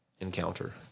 encounter